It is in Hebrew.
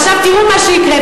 עכשיו תראו מה שיקרה,